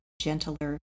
gentler